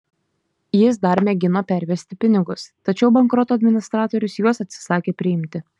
jis dar mėgino pervesti pinigus tačiau bankroto administratorius juos atsisakė priimti